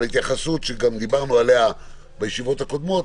דיברנו על כך בישיבות הקודמות,